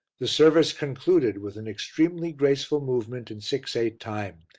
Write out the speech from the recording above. the service concluded with an extremely graceful movement in six-eight time,